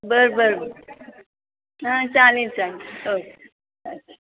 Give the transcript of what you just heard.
बरं बरं हां चालेल चालेल ओके अच्छा